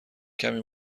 کمی